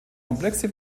komplexe